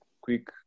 quick